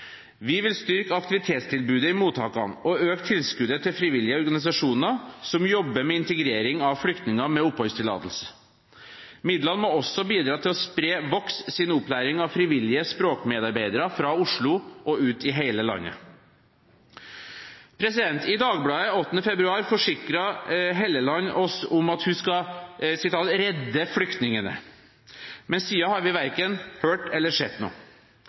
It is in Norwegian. Vi vil styrke aktivitetstilbudet i mottakene og øke tilskuddet til frivillige organisasjoner som jobber med integrering av flyktninger med oppholdstillatelse. Midlene må også bidra til å spre Vox’ opplæring av frivillige språkmedarbeidere fra Oslo og ut i hele landet. I Dagbladet 8. februar forsikret statsråd Hofstad Helleland oss om at hun skal «redde flyktningene». Siden har vi verken hørt eller sett noe.